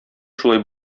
шулай